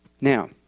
Now